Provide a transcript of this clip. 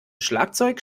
schlagzeug